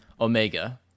Omega